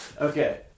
Okay